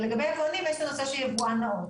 יש את הנושא של יבואן נאות,